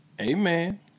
Amen